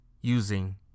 Using